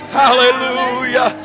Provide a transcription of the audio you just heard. hallelujah